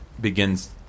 begins